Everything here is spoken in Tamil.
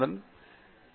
சரி பி